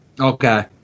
Okay